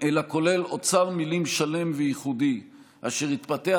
אלא כולל אוצר מילים שלם וייחודי אשר התפתח